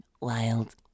Wild